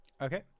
okay